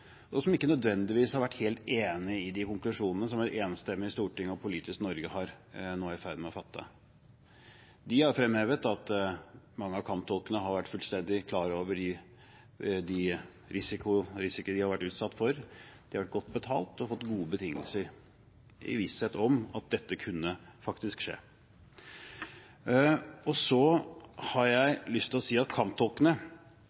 Afghanistan, som ikke nødvendigvis har vært helt enig i de konklusjonene som et enstemmig storting og det politiske Norge nå er i ferd med å fatte. De har fremhevet at mange av kamptolkene har vært fullstendig klar over de risikoer de har vært utsatt for, de har vært godt betalt og fått gode betingelser – i visshet om at dette faktisk kunne skje. Så har jeg lyst til å si at kamptolkene